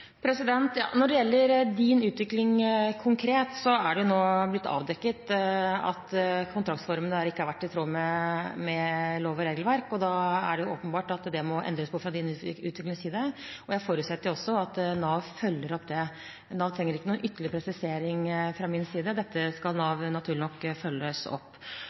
Når det gjelder Din Utvikling konkret, er det nå blitt avdekket at kontraktsformen der ikke har vært i tråd med lov- og regelverk, og da er det åpenbart at det må endres på fra Din Utviklings side. Jeg forutsetter også at Nav følger opp det. Nav trenger ikke noen ytterligere presisering fra min side, dette skal Nav naturlig nok følge opp.